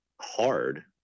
hard